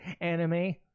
anime